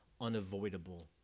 unavoidable